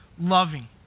loving